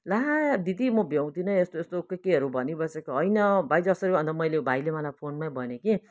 ला दिदी म भ्याउँदिन यस्तो यस्तो के केहरू भनि बसेको होइन भाइ जसरी भए पनि अन्त भाइले मलाई फोनमै भन्यो कि